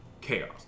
chaos